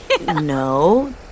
No